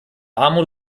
armut